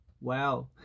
Wow